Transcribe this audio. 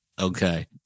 Okay